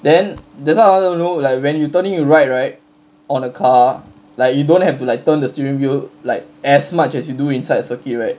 then that's why I wanted to know like when you turning in right right on a car like you don't have to like turn the steering wheel like as much as you do inside the circuit right